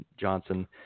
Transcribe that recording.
Johnson